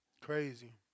Crazy